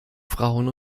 frauen